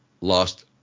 lost